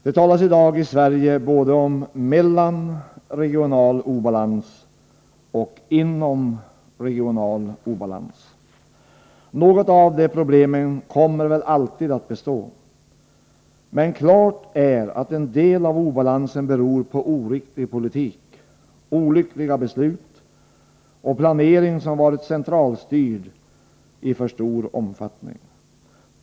Det talas i dag i Sverige både om mellanregional obalans och inomregional obalans. Något av de problemen kommer väl alltid att bestå, men klart är att en del av obalansen beror på oriktig politik, olyckliga beslut och planering som varit centralstyrd i för stor omfattning.